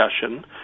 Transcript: discussion